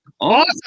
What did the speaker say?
Awesome